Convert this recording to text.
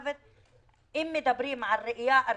אם מדברים על ראייה ארצית,